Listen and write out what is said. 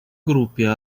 группе